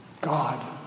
God